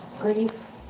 Grief